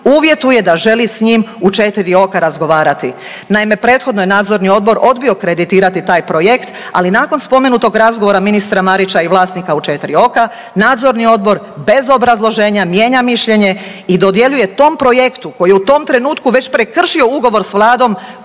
uvjetuje da želi s njim u četiri oka razgovarati. Naime prethodno je Nadzorni odbor odbio kreditirati taj projekt, ali nakon spomenutog razgovora ministra Marića i vlasnika u četiri oka Nadzorni odbor bez obrazloženja mijenja mišljenje i dodjeljuje tom projektu koji je u tom trenutku već prekršio ugovor s Vladom